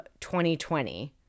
2020